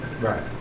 Right